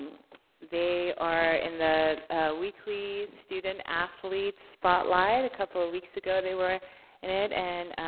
they are in the weekly student athlete spotlight, a couple of weeks ago they were in it. and